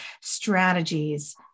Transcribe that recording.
strategies